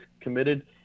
committed